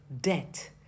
debt